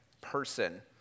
person